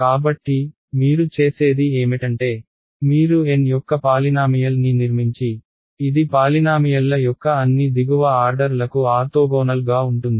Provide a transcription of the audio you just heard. కాబట్టి మీరు చేసేది ఏమిటంటే మీరు N యొక్క పాలినామియల్ ని నిర్మించి ఇది పాలినామియల్ల యొక్క అన్ని దిగువ ఆర్డర్లకు ఆర్తోగోనల్గా ఉంటుంది